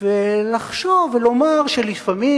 ולחשוב ולומר שלפעמים,